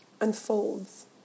unfolds